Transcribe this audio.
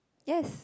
yes